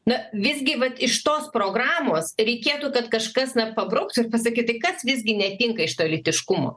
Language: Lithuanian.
na visgi vat iš tos programos reikėtų kad kažkas na pabrauktų ir pasakyt tai kas visgi netinka iš to lytiškumo